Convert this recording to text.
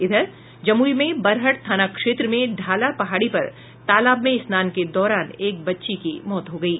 इधर जमुई में बरहट थाना क्षेत्र में ढाला पहाड़ी पर तलाब में स्नान के दौरान एक बच्ची की मौत हो गयी